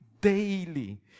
daily